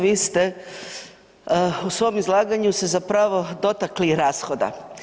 Vi ste u svom izlaganju se zapravo dotakli rashoda.